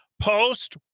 Post